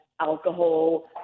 alcohol